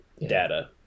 data